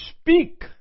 speak